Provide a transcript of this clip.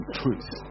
truth